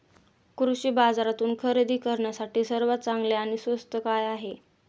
कृषी बाजारातून खरेदी करण्यासाठी सर्वात चांगले आणि स्वस्त काय आहे?